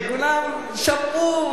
כולם שמעו,